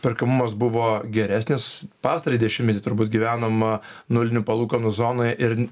perkamumas buvo geresnis pastarąjį dešimtmetį turbūt gyvenam a nulinių palūkanų zonoj ir